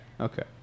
Okay